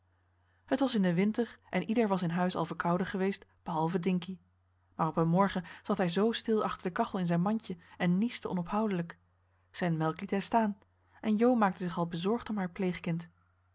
het was in den winter en ieder was in huis al verkouden geweest behalve dinkie maar op een morgen zat hij zoo stil achter de kachel in zijn mandje en nieste onophoudelijk zijn melk liet hij staan en jo maakte zich al bezorgd om haar pleegkind